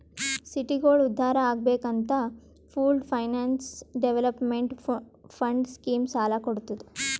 ಸಿಟಿಗೋಳ ಉದ್ಧಾರ್ ಆಗ್ಬೇಕ್ ಅಂತ pooled finance development fund scheme ಸಾಲ ಕೊಡ್ತುದ್